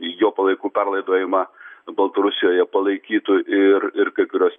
jo palaikų perlaidojimą baltarusijoje palaikytų ir ir kai kurios